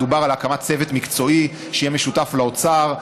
דובר על הקמת צוות מקצועי שיהיה משותף לאוצר,